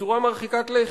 בצורה מרחיקת לכת.